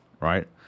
right